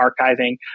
archiving